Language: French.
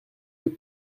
les